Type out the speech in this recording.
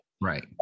Right